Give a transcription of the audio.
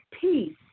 peace